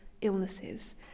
illnesses